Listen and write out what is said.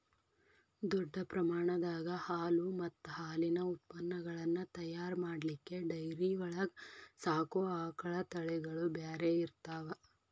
ದೊಡ್ಡ ಪ್ರಮಾಣದಾಗ ಹಾಲು ಮತ್ತ್ ಹಾಲಿನ ಉತ್ಪನಗಳನ್ನ ತಯಾರ್ ಮಾಡ್ಲಿಕ್ಕೆ ಡೈರಿ ಒಳಗ್ ಸಾಕೋ ಆಕಳ ತಳಿಗಳು ಬ್ಯಾರೆ ಇರ್ತಾವ